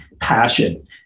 passion